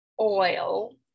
oil